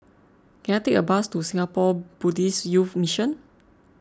can I take a bus to Singapore Buddhist Youth Mission